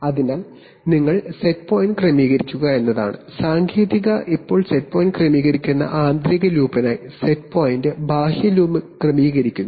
അതിനാൽ നിങ്ങൾ set point point ക്രമീകരിക്കുക എന്നതാണ് സാങ്കേതികത ഇപ്പോൾ സെറ്റ് പോയിന്റ് ക്രമീകരിക്കുന്ന ആന്തരിക ലൂപ്പിനായി സെറ്റ് പോയിന്റ് ബാഹ്യ ലൂപ്പ് ക്രമീകരിക്കുന്നു